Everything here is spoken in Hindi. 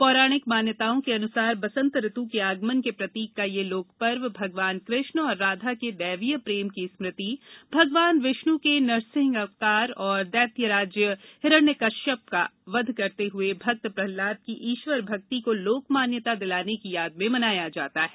पौराणिक मान्यताओं के अनुसार बसंत ऋतु के आगमन के प्रतीक का यह लोकपर्व भगवान कृष्ण और राधा के दैवीय प्रेम की स्मृति भगवान विष्णु के नरसिंह अवतार और दैत्यराज हिरण्यकश्यपु का वध करते हुए भक्त प्रहलाद की ईश्वर भक्ति को लोक मान्यता दिलाने की याद में मनाया जाता है